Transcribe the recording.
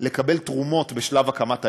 לקבל תרומות בשלב הקמת העסק,